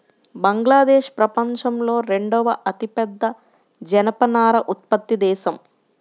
బంగ్లాదేశ్ ప్రపంచంలో రెండవ అతిపెద్ద జనపనార ఉత్పత్తి దేశం